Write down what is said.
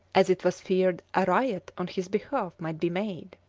as it was feared a riot on his behalf might be made.